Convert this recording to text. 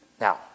now